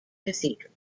cathedral